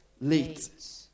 late